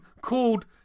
called